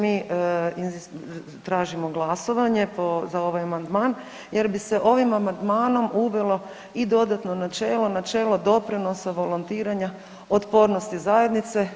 Mi tražimo glasovanje za ovaj amandman jer bi se ovim amandmanom uvelo i dodatno načelo, načelo doprinosa volontiranja otpornosti zajednice.